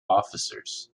officers